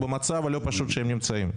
במצב בלא פשוט שבו הם נמצאים?